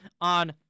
on